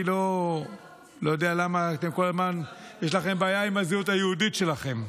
לא יודע למה אתם כל הזמן יש לכם בעיה עם הזהות היהודית שלכם,